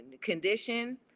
condition